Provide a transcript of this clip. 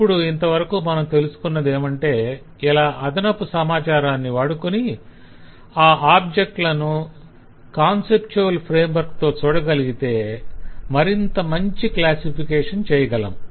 ఇప్పుడు ఇంతవరకు మనం తెలుసుకున్నదేమంటే అలా అదనపు సమాచారాన్ని వాడుకొని ఆ ఆబ్జెక్ట్లను కాన్సెప్త్యువల్ ఫ్రేంవర్క్ తో చూడగలిగితే మరింత మంచి క్లాసిఫికేషణ్ చేయగలం